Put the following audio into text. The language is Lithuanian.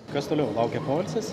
kas toliau laukia poilsis